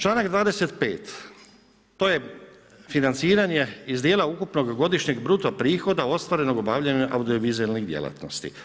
Članak 25. to je financiranje iz dijela ukupnog godišnjeg bruto prihoda ostvarenog obavljanjem audiovizualnih djelatnosti.